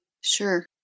sure